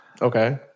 Okay